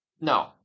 No